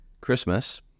Christmas